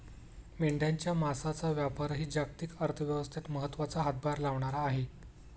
मेंढ्यांच्या मांसाचा व्यापारही जागतिक अर्थव्यवस्थेत महत्त्वाचा हातभार लावणारा आहे